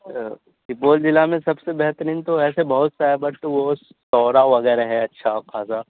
سپول ضلع میں سب سے بہترین تو ایسے بہت سا ہے بٹ وہ سورا وغیرہ ہے اچھا کھاصہ